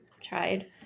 tried